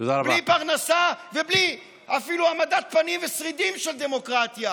בלי פרנסה ובלי אפילו העמדת פנים ושרידים של דמוקרטיה.